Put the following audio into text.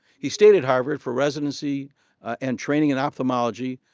he stayed at harvard for residency and training in ophthalmology,